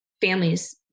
families